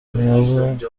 نیاز